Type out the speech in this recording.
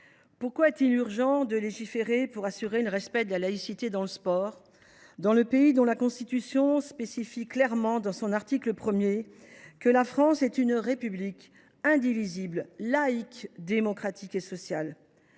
pourquoi est il urgent de légiférer pour assurer le respect du principe de laïcité dans le sport, et ce dans un pays dont la Constitution dispose clairement, dans son article premier, qu’il « est une République indivisible, laïque, démocratique et sociale »